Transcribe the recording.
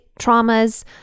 traumas